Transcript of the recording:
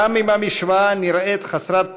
גם אם המשוואה נראית חסרת פתרון,